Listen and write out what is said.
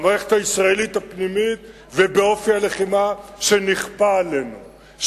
במערכת הישראלית הפנימית ובאופי הלחימה שנכפה עלינו,